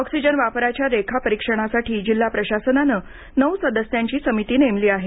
oxygen वापराच्या लेखा परीक्षणासाठी जिल्हा प्रशासनानं नऊ सदस्यांची समिती नेमली आहे